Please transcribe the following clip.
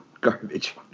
garbage